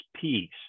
peace